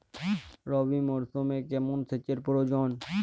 রবি মরশুমে কেমন সেচের প্রয়োজন?